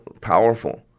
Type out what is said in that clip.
powerful